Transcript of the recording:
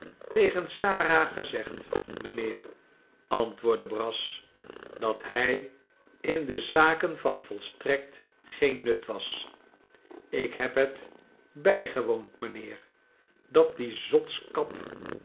tegen sara gezegd mijnheer antwoordde brass dat hij in de zaken van volstrekt geen nut was ik heb het bijgewoond mijnheer dat die zotskap